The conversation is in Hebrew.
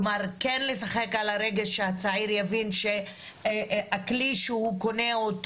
כלומר כן לשחק על הרגש שהצעיר יבין שהכלי שהוא קונה אותו